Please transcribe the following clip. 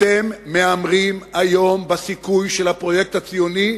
אתם מהמרים היום בסיכוי של הפרויקט הציוני,